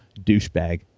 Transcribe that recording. douchebag